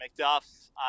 McDuff's